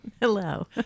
Hello